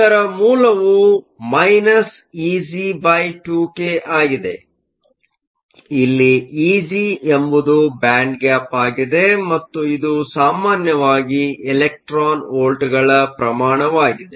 ಇದರ ಮೂಲವು Eg2k ಆಗಿದೆ ಇಲ್ಲಿ ಇಜಿ ಎಂಬುದು ಬ್ಯಾಂಡ್ ಗ್ಯಾಪ್Band gap ಆಗಿದೆ ಮತ್ತು ಇದು ಸಾಮಾನ್ಯವಾಗಿ ಎಲೆಕ್ಟ್ರಾನ್ ವೋಲ್ಟ್ಗಳ ಪ್ರಮಾಣವಾಗಿದೆ